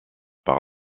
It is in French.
par